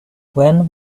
when